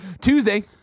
Tuesday